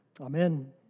Amen